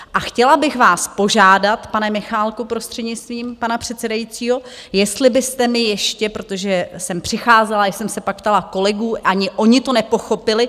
A chtěla bych vás požádat, pane Michálku, prostřednictvím pana předsedajícího, jestli byste mi ještě protože jsem přicházela, pak jsem se ptala kolegů, ani oni to nepochopili.